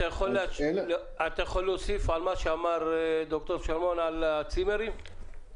אתה יכול להוסיף על מה שאמר ד"ר שלמון בעניין הצימרים?